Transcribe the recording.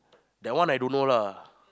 that one I don't know lah